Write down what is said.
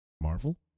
Marvel